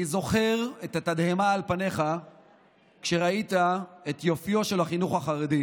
אני זוכר את התדהמה על פניך כשראית את יופיו של החינוך החרדי.